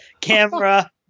Camera